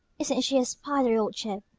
isn't she a spidery old chip?